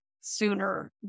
sooner